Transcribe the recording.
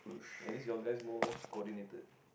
at least your mans more coordinated